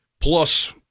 plus